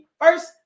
first